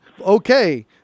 Okay